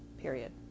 period